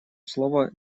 слово